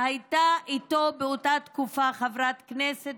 שהייתה איתו באותה תקופה חברת כנסת